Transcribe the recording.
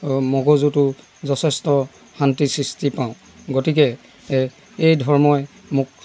মগজুতো যথেষ্ট শান্তি সৃষ্টি পাওঁ গতিকে এই ধৰ্মই মোক